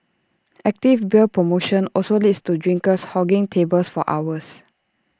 active beer promotion also leads to drinkers hogging tables for hours